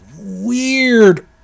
weird